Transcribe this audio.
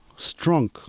strong